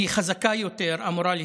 היא אמורה להיות חזקה יותר מהדחפורים.